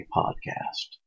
podcast